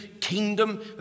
kingdom